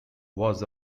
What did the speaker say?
was